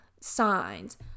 signs